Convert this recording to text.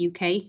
UK